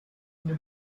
une